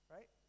Right